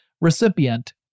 recipient